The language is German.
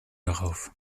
darauf